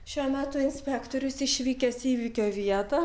šiuo metu inspektorius išvykęs į įvykio vietą